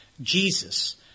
Jesus